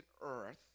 earth